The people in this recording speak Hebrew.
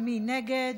נוכח.